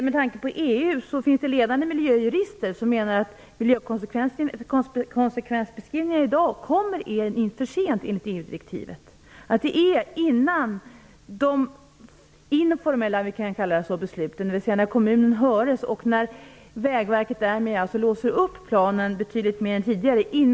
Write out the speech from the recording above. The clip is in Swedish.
Med tanke på EU finns det ledande miljöjurister som menar att miljökonsekvensbeskrivningar i dag kommer in för sent enligt EU-direktivet. Miljökonsekvensbeskrivningarna måste finnas innan de informella besluten fattas, dvs. när kommunen höres och när Vägverket därmed låser upp planen betydligt mer än tidigare.